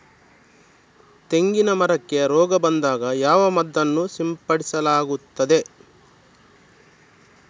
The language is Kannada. ತೆಂಗಿನ ಮರಕ್ಕೆ ರೋಗ ಬಂದಾಗ ಯಾವ ಮದ್ದನ್ನು ಸಿಂಪಡಿಸಲಾಗುತ್ತದೆ?